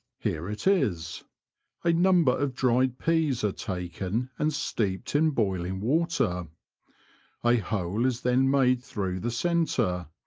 here it is a number of dried peas are taken and steeped in boiling water a hole is then made through the centre,